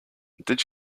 did